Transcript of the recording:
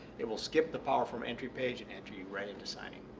it will skip the powerform entry page and enter you right into signing.